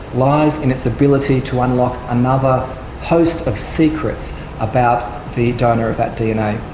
lies in its ability to unlock another host of secrets about the donor of that dna,